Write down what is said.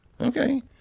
Okay